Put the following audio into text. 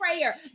prayer